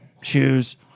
shoes